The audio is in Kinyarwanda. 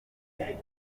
karere